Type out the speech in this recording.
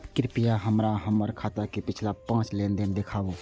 कृपया हमरा हमर खाता के पिछला पांच लेन देन दिखाबू